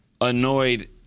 annoyed